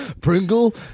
Pringle